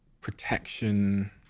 protection